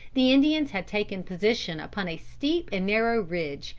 the indians had taken position upon a steep and narrow ridge,